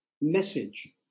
message